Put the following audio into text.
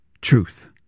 truth